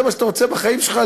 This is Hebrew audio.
זה מה שאתה רוצה בחיים שלך,